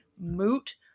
moot